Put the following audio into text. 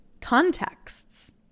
contexts